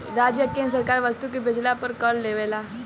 राज्य आ केंद्र सरकार वस्तु के बेचला पर कर लेवेला